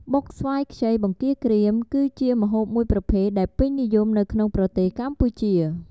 បុកស្វាយខ្ចីបង្គាក្រៀម គឺជាម្ហូបមួយប្រភេទដែលពេញនិយមនៅក្នុងប្រទេសកម្ពុជា។